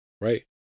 right